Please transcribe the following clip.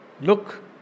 Look